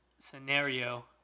scenario